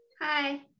hi